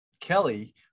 Kelly